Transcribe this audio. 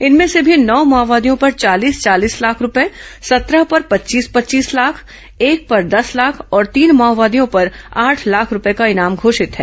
इनमें से भी नौ माओवादियों पर चालीस चालीस लाख रूपये संत्रह पर पच्चीस पच्चीस लाख एक पर दस लाख और तीन माओवादियों पर आठ लाख रूपये का इनाम घोषित है